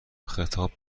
خطاب